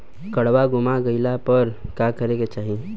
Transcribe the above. काडवा गुमा गइला पर का करेके चाहीं?